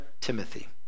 Timothy